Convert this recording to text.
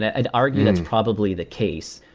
i'd argue that's probably the case.